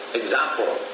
example